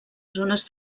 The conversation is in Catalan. zones